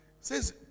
says